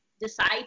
decide